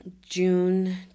June